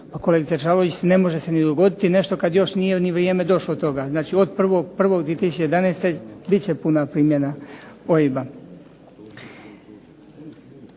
kolegice Čavlović ne može se ni dogoditi nešto kada nije došlo vrijeme toga. Znači od 1.1.2011. bit će puna primjena OIB-a.